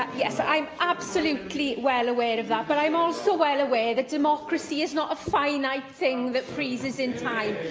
yes. i'm absolutely well aware of that, but i'm also well aware that democracy is not a finite thing that freezes in time,